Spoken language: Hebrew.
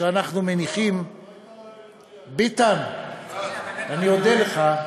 שאנחנו מניחים, ביטן, אני אודה לך.